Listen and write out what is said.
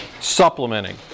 Supplementing